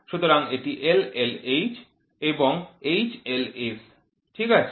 সুতরাং এটি LLH এবং HLS ঠিক আছে